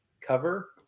cover